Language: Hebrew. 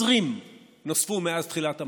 20 נוספו מאז תחילת המשבר,